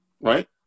Right